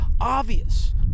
obvious